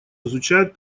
изучают